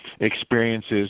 experiences